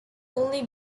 only